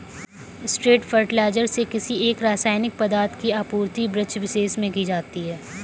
straight fertiliser से किसी एक रसायनिक पदार्थ की आपूर्ति वृक्षविशेष में की जाती है